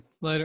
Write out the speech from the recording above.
Later